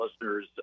listeners